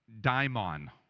daimon